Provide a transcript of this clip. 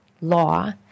law